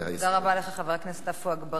תודה רבה לך, חבר הכנסת עפו אגבאריה.